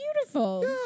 beautiful